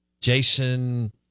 Jason